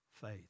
faith